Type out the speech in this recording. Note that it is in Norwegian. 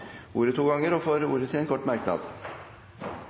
ordet to ganger tidligere og får ordet til en kort merknad,